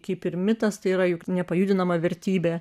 kaip ir mitas tai yra juk nepajudinama vertybė